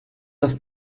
das